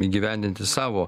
įgyvendinti savo